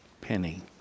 penny